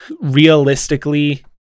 Realistically